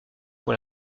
pour